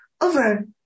Over